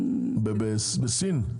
בסין?